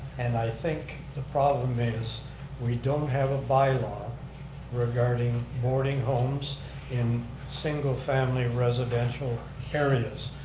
and i think the problem is we don't have a bylaw regarding boarding homes in single family residential areas.